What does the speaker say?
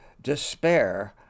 despair